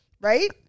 right